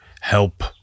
help